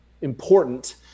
important